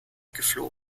geflogen